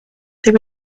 they